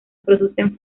producen